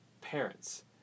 parents